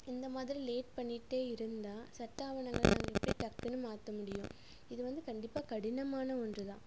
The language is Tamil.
இந்தமாதிரி லேட் பண்ணிகிட்டே இருந்தால் சட்ட ஆவணங்களை நாங்கள் எப்படி டக்குனு மாற்ற முடியும் இது வந்து கண்டிப்பாக கடினமான ஒன்றுதான்